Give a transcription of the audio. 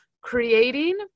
Creating